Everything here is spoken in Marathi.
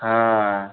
हां